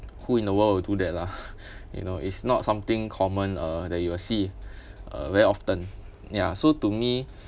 who in the world will do that lah you know it's not something common uh that you will see uh very often ya so to me